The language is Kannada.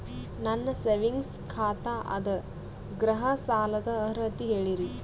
ನನ್ನ ಸೇವಿಂಗ್ಸ್ ಖಾತಾ ಅದ, ಗೃಹ ಸಾಲದ ಅರ್ಹತಿ ಹೇಳರಿ?